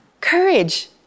courage